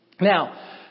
Now